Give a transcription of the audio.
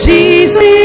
Jesus